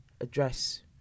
address